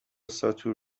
ساتور